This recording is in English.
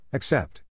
Accept